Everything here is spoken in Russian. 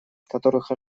которых